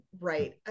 right